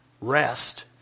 rest